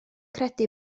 credu